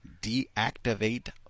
deactivate